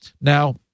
Now